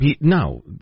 No